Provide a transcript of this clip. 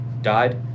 died